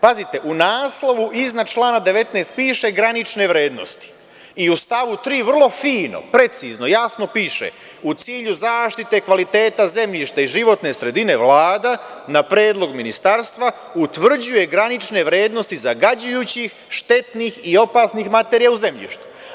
Pazite, u naslovu iznad člana 19. pište granične vrednosti i u stavu 3. vrlo fino, precizno, jasno piše: „u cilju zaštite kvaliteta zemljišta i životne sredine Vlada na predlog Ministarstva utvrđuje granične vrednosti zagađujućih, štetnih i opasnih materija u zemlji“